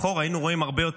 את האפשרות לבחור,